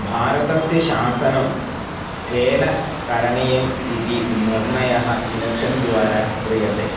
भारतस्य शासनं केन करणीयम् इति निर्णयः एलेक्षन्द्वारा क्रियते